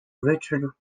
richard